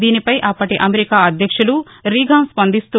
దీనిపై అప్పటి అమెరికా అధ్యక్షులు రీగన్ స్పందిస్తూ